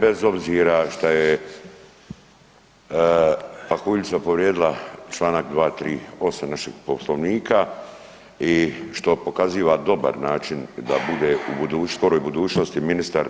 Bez obzira što je pahuljica povrijedila članak 238. našeg Poslovnika i što pokaziva dobar način da bude u skoroj budućnosti ministar